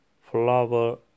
flower